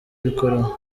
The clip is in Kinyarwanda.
abikoraho